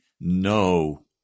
no